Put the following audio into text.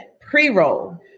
pre-roll